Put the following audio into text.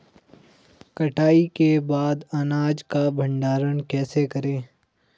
कटाई के बाद अनाज का भंडारण कैसे करें?